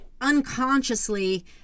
unconsciously